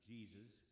Jesus